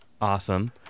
Awesome